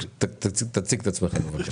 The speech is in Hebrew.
תציג את עצמך בקשה.